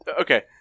Okay